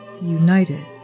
united